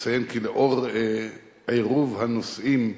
נציין כי לנוכח עירוב הנושאים,